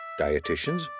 dieticians